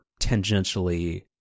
tangentially